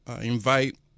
invite